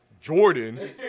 Jordan